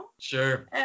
Sure